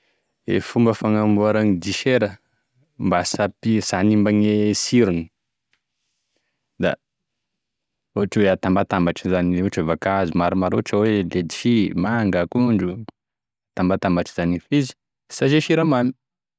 E fomba fagnamborany disera mba sy ampy animba gne sirony ohatra hoe hatambatambatry izany ohatra vakazo maromaro, ohatra hoe ledisy, manga, akondro, hatambatambatra zany io f'izy sy asia siramamy.